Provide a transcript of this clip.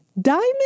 Diamond